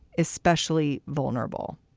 especially vulnerable.